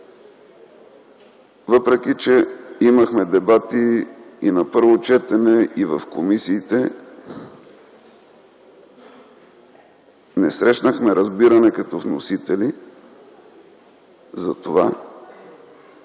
Въпреки че имахме дебати и на първо четене, и в комисиите, не срещнахме разбиране като вносители, че